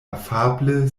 afable